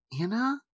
Anna